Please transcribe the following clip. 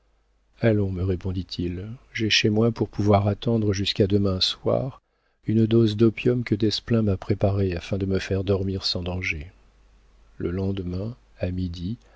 allons me répondit-il j'ai chez moi pour pouvoir attendre jusqu'à demain soir une dose d'opium que desplein m'a préparée afin de me faire dormir sans danger le lendemain à midi